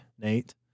Nate